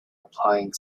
applying